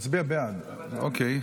להצביע בעד, אוקיי.